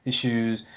issues